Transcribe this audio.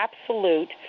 absolute